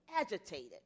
agitated